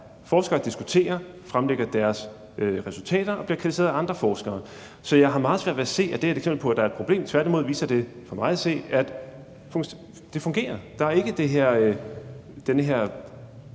Forskere diskuterer, fremlægger deres resultater og bliver kritiseret af andre forskere. Så jeg har meget svært ved at se, at det er et eksempel på, at der er et problem, tværtimod viser det for mig at se, at det fungerer. Der er ikke den her